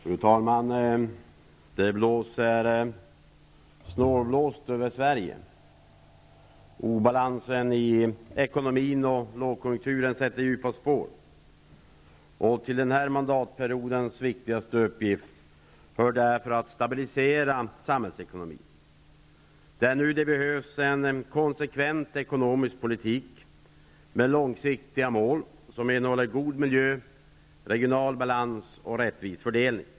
Herr talman! Det blåser snålblåst över Sverige. Obalansen i ekonomin och lågkonjunkturen sätter djupa spår. Till denna mandatsperiods viktigaste uppgift hör därför att stabilisera samhällsekonomin. Nu behövs det en konsekvent ekonomisk politik med långsiktiga mål, som innehåller god miljö, regional balans och rättvis fördelning.